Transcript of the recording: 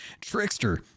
Trickster